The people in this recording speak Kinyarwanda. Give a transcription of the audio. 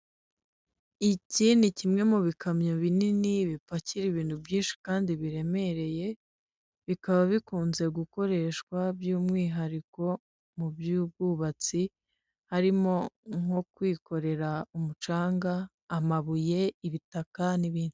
Iki ni kimwe mu bikamyo binini bipakira ibintu byinshi kandi biremereye, bikaba bikunze gukoreshwa by'umwihariko mu by'ubwubatsi, harimo nko kwikorera umucanga, amabuye, ibitaka n'ibindi.